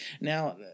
Now